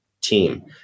team